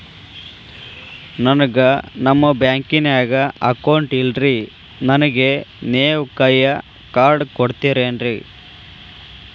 ನನ್ಗ ನಮ್ ಬ್ಯಾಂಕಿನ್ಯಾಗ ಅಕೌಂಟ್ ಇಲ್ರಿ, ನನ್ಗೆ ನೇವ್ ಕೈಯ ಕಾರ್ಡ್ ಕೊಡ್ತಿರೇನ್ರಿ?